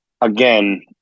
again